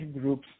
groups